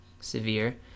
severe